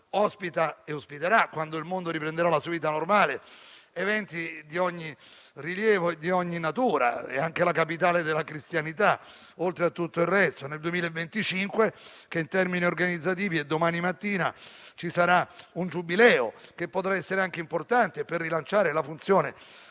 ospita e ospiterà, quando il mondo riprenderà la sua vita normale, eventi di ogni rilievo e di ogni natura. È anche la Capitale della cristianità, oltre a tutto il resto. Nel 2025, che in termini organizzativi è domani mattina, ci sarà un Giubileo, che potrà essere anche importante per rilanciare la funzione